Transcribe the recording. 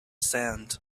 sand